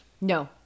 no